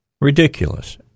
Ridiculous